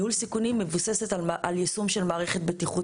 אין כאן שום בעיה,